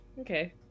Okay